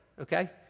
okay